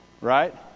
Right